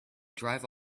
drive